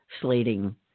slating